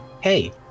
hey